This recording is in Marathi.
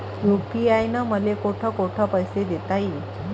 यू.पी.आय न मले कोठ कोठ पैसे देता येईन?